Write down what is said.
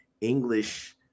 English